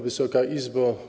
Wysoka Izbo!